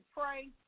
pray